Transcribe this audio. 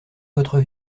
votre